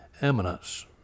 eminence